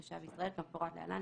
"תושב ישראל" כמפורט להלן,